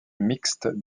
mixte